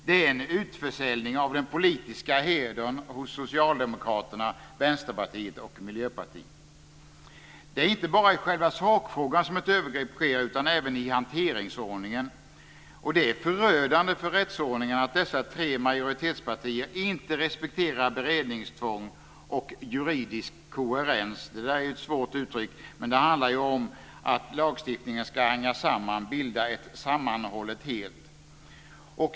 Det är en utförsäljning av den politiska hedern hos Socialdemokraterna, Vänsterpartiet och Det är inte bara i själva sakfrågan som ett övergrepp sker utan även i hanteringsordningen. Det är förödande för rättsordningen att dessa tre majoritetspartier inte respekterar beredningstvång och juridisk koherents. Det senare är ett svårt uttryck, men det handlar om att lagstiftningen ska hänga samman och bilda ett sammanhållet helt.